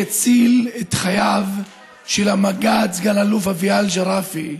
הציל את חייו של המג"ד סגן אלוף אביאל ג'ראפי,